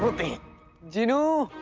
genie